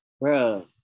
bro